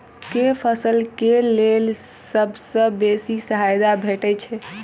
केँ फसल केँ लेल सबसँ बेसी सहायता भेटय छै?